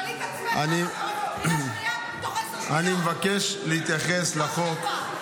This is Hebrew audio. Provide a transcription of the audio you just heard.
תשאלי את עצמך --- אני מבקש להתייחס לחוק,